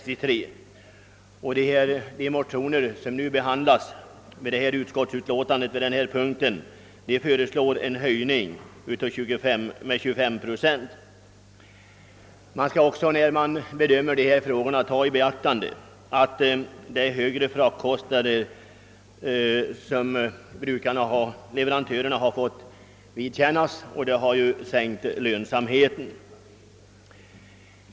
I de motioner som behandlas under förevarande punkt i utlåtandet föreslås en höjning med 25 procent. Man skall när man bedömer dessa frågor också ta i beaktande att leverantörerna fått vidkännas ökningar av fraktkostnaderna, vilket sänkt lönsamheten.